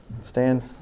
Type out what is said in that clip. stand